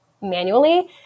manually